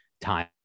time